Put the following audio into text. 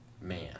Man